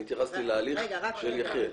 אני התייחסתי להליך של יחיאל.